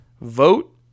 Vote